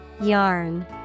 Yarn